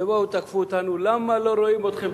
כשבאו ותקפו אותנו למה לא רואים אתכם,